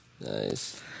Nice